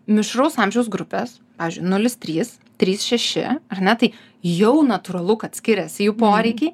mišraus amžiaus grupės pavyzdžiui nulis trys trys šeši ar ne tai jau natūralu kad skiriasi jų poreikiai